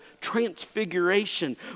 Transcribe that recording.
transfiguration